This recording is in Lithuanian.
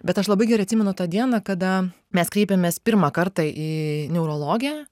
bet aš labai gerai atsimenu tą dieną kada mes kreipėmės pirmą kartą į neurologę